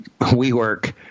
WeWork